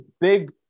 big